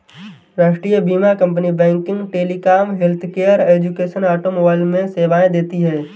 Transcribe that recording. राष्ट्रीय बीमा company banking, telecom, healthcare, education, automobile में सेवाएं देती है